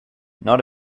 not